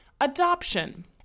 adoption